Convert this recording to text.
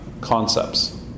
concepts